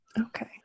okay